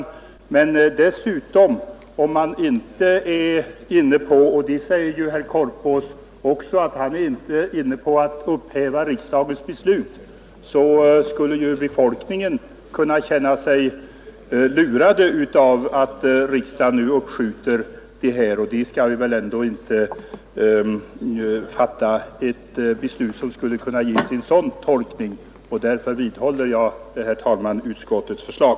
Om man dessutom inte är inne på tanken att upphäva riksdagens beslut — och det säger ju herr Korpås att han inte är — skulle befolkningen kunna känna sig lurad av att riksdagen nu uppskjuter saken. Vi skall väl ändå inte fatta ett beslut som kunde få en sådan följd. Därför vidhåller jag, herr talman, mitt yrkande om bifall till utskottets förslag.